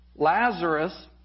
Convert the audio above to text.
Lazarus